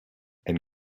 and